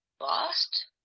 lost